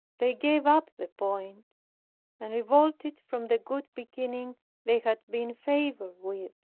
they gave up the point and revolted from the good beginning they had been favored with.